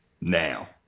now